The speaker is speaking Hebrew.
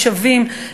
הם שווים,